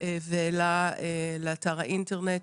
והעלה לאתר האינטרנט,